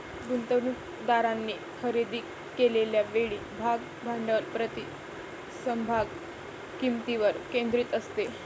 गुंतवणूकदारांनी खरेदी केलेल्या वेळी भाग भांडवल प्रति समभाग किंमतीवर केंद्रित असते